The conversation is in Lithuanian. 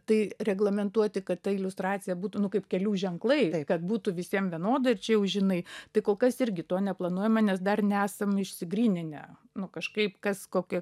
tai reglamentuoti kad ta iliustracija būtų nu kaip kelių ženklai tai kad būtų visiem vienodai čia jau žinai tai kol kas irgi to neplanuojame nes dar nesam išsigryninę nu kažkaip kas kokia